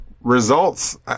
results